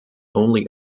only